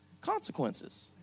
Consequences